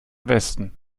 westen